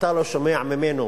ואתה לא שומע ממנו